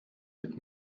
mit